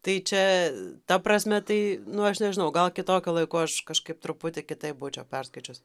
tai čia ta prasme tai nu aš nežinau gal kitokiu laiku aš kažkaip truputį kitaip būčiau perskaičius